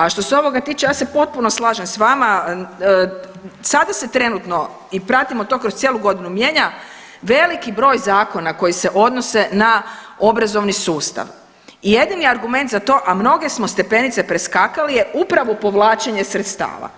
A što se ovoga tiče ja se potpuno slažem s vama, sada se trenutno i pratimo to kroz cijelu godinu mijenja veliki broj zakona koji se odnose na obrazovni sustav i jedini argument za to, a mnoge smo stepenice preskakali, je upravo povlačenje sredstava